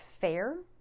fair